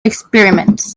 experiments